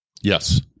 Yes